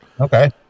okay